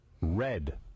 red